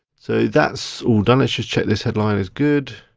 so that's all done, let's just check this headline is good.